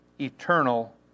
eternal